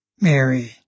Mary